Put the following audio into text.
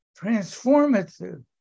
transformative